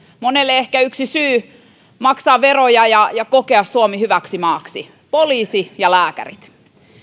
monelle ehkä yksi syy maksaa veroja ja ja kokea suomi hyväksi maaksi poliisit ja lääkärit